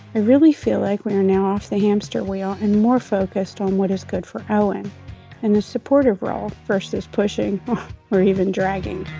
i really feel like we are now off the hamster wheel and more focused on what is good for owen and his supportive role versus pushing or even dragging